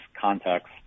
context